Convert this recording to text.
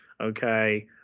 okay